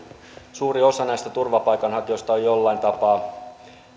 suuri osa näistä turvapaikanhakijoista on jollain tapaa